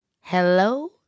Hello